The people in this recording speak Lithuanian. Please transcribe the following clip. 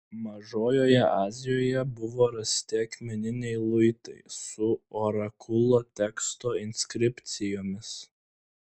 mažojoje azijoje buvo rasti akmeniniai luitai su orakulo teksto inskripcijomis